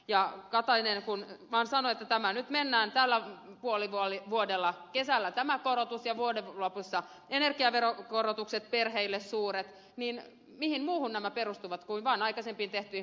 kun katainen vain sanoi että nyt mennään tällä kesällä tämä korotus ja vuoden lopussa perheille suuret energiaveron korotukset niin mihin muuhun nämä perustuvat kuin vain aikaisempiin tehtyihin kompromisseihin